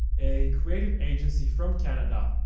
a creative agency from canada,